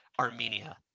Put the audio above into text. Armenia